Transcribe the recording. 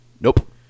Nope